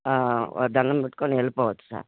దండం పెట్టుకుని వెళ్ళిపోవచ్చు సార్